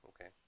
Okay